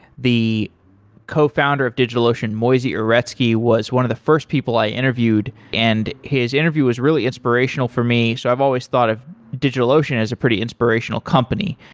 the cofounder of digitalocean, moisey uretsky, was one of the first people i interviewed, and his interview was really inspirational for me. so i've always thought of digitalocean as a pretty inspirational company.